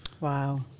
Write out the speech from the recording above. Wow